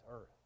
earth